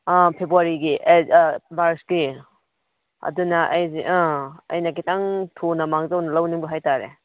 ꯑꯥ ꯐꯦꯕꯋꯥꯔꯤꯒꯤ ꯃꯥꯔꯁꯀꯤ ꯑꯗꯨꯅ ꯑꯩꯁꯦ ꯑꯥ ꯑꯩꯅ ꯈꯤꯇꯪ ꯊꯨꯅ ꯃꯥꯡꯖꯧꯅꯅ ꯂꯧꯅꯤꯡꯕ ꯍꯥꯏꯇꯥꯔꯦ